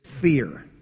fear